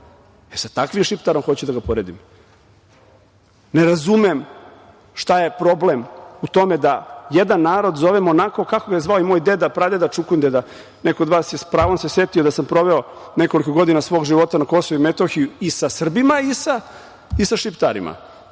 E, sa takvim Šiptarom hoću da ga poredim. Ne razumem šta je problem u tome da jedan narod zovem onako kako ga je zvao moj deda, pradeda, čukundeda. Neko od vas se sa pravom setio da sam proveo nekoliko godina svog života na Kosovu i Metohiji i sa Srbima i sa Šiptarima.